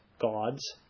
God's